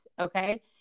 Okay